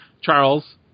Charles